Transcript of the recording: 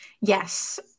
yes